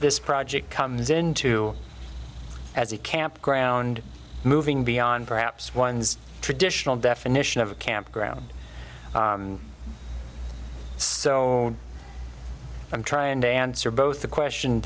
this project comes into as a campground moving beyond perhaps one's traditional definition of a campground so i'm trying to answer both the question